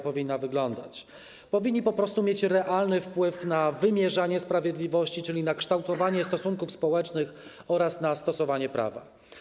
Powinni po prostu mieć realny wpływ na wymierzanie sprawiedliwości, czyli na kształtowanie stosunków społecznych oraz na stosowanie prawa.